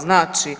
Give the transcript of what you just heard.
Znači